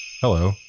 Hello